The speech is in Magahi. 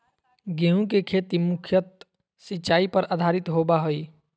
गेहूँ के खेती मुख्यत सिंचाई पर आधारित होबा हइ